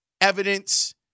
evidence